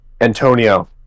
Antonio